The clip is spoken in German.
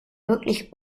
wirklich